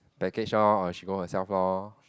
package lor or she go herself lor